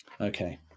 Okay